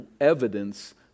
evidence